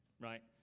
right